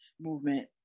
movement